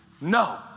No